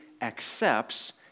accepts